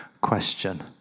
question